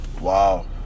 Wow